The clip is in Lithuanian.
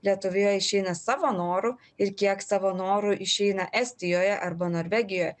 lietuvoje išeina savo noru ir kiek savo noru išeina estijoje arba norvegijoje